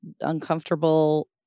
uncomfortable